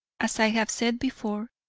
as i have said before,